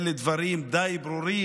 אלה דברים די ברורים.